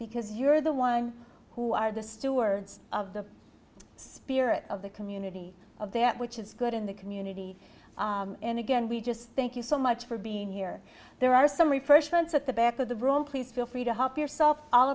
because you're the one who are the stewards of the spirit of the community of that which is good in the community and again we just thank you so much for being here there are some refreshments at the back of the room please feel free to help yourself all